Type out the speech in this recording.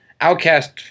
Outcast